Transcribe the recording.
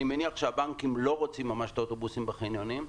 אני מניח שהבנקים לא רוצים ממש את האוטובוסים בחניונים.